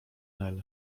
nel